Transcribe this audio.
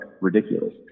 ridiculous